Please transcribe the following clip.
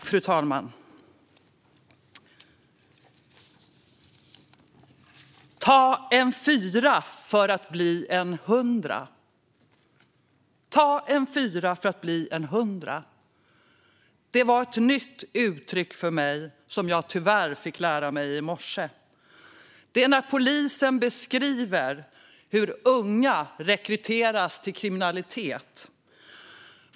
Fru talman! Ta en fyra för att bli en hundra. Det var ett nytt uttryck för mig, som jag tyvärr fick lära mig i morse. Det är polisen som beskriver hur unga rekryteras till kriminalitet.